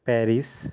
Paris